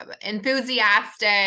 enthusiastic